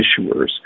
issuers